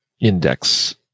index